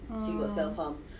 ah